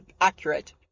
accurate